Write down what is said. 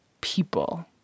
people